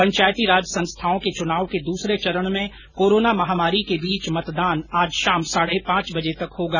पंचायती राज संस्थाओं के चुनाव के दूसरे चरण में कोरोना महामारी के बीच मतदान आज शाम साढे पांच बजे तक होगा